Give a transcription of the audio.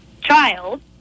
child